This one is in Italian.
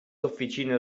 officine